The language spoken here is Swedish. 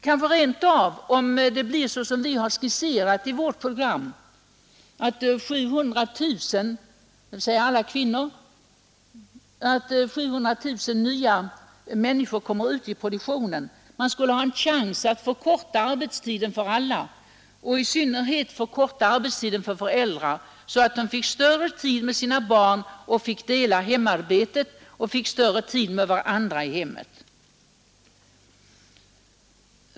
Kanske man rent av, om det blir så som vi har skisserat i vårt program, att ytterligare 700 000 människor — dvs. alla kvinnor — kommer ut i produktionen, skulle få möjlighet att förkorta arbetstiden för alla och i synnerhet förkorta arbetstiden för föräldrar, så att de fick mera tid med sina barn och kunde dela hemarbetet och få mera tid för varandra i hemmet.